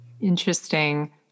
Interesting